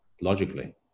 logically